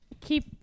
Keep